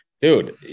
dude